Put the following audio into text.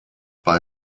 bei